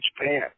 Japan